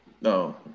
No